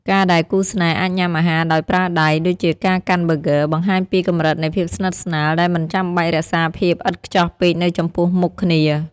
ការដែលគូស្នេហ៍អាចញ៉ាំអាហារដោយប្រើដៃ ដូចជាការកាន់ប៊ឺហ្គឺ បង្ហាញពីកម្រិតនៃភាពស្និទ្ធស្នាលដែលមិនចាំបាច់រក្សាភាពឥតខ្ចោះពេកនៅចំពោះមុខគ្នា។